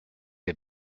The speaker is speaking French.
les